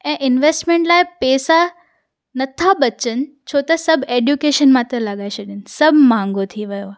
ऐं इंवेस्टमेंट लाइ पैसा नथा बचनि छो त सभु एड्युकेशन में था लॻाए छॾनि सभु महांगो थी वियो आहे